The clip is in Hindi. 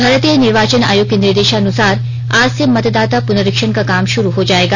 भारतीय निर्वाचन आयोग के निर्देशानुसार आज से मतदाता पुनरीक्षण का काम शुरू हो जाएगा